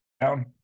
down